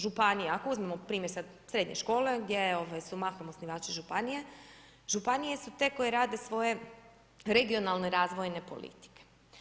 Županija, ako uzmemo primjer sad srednje škole gdje su mahom osnivači županije, županije su te koje rade svoje regionalne razvojne politike.